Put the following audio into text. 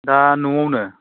दा न'आवनो